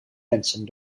wensen